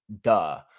Duh